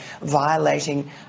violating